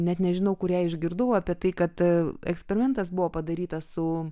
net nežinau kurią išgirdau apie tai kad eksperimentas buvo padarytas su